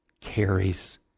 carries